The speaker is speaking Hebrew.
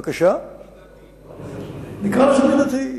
מידתי.